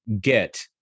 get